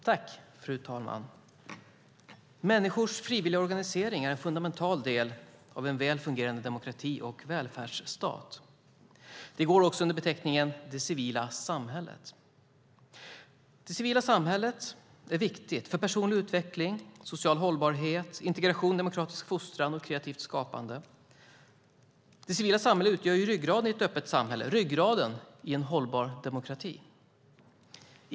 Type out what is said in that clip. Fru talman! Människors frivilliga organisering är en fundamental del av en väl fungerande demokrati och välfärdsstat. Det går också under beteckningen det civila samhället. Det civila samhället är viktigt för personlig utveckling, social hållbarhet, integration, demokratisk fostran och kreativt skapande. Det civila samhället utgör ryggraden i ett öppet samhälle, ryggraden i en hållbar demokrati.